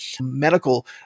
Medical